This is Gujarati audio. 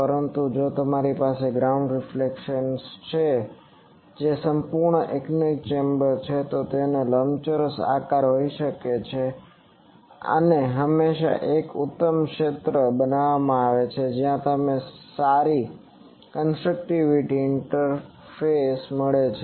પરંતુ જો તમારી પાસે ગ્રાઉન્ડ રિફ્લેક્શન છે જે સંપૂર્ણ એનોકોઇક ચેમ્બર છે તો તેનો લંબચોરસ આકાર હોઈ શકે છે અને હંમેશાં એક ઉત્તમ ક્ષેત્ર બનાવવામાં આવે છે જ્યાં તમને અહીં સારી કન્સ્ટ્રકટીવ ઈન્ટરફેરન્સ મળે છે